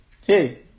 Hey